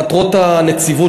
מטרות הנציבות,